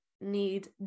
need